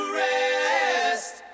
rest